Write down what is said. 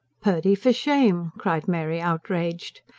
purdy, for shame! cried mary outraged.